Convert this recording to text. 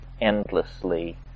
endlessly